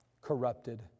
corrupted